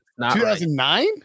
2009